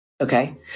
Okay